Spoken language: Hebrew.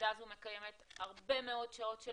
הוועדה הזו מקיימת הרבה מאוד שעות של